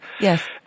Yes